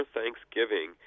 Thanksgiving